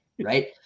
right